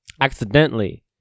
accidentally